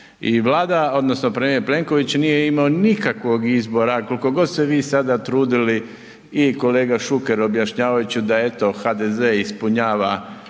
Vlada odnosno premijer Plenković nije imamo nikakvog izbora, koliko god se vi sada trudili i kolega Šuker objašnjavajući da eto HDZ ispunjava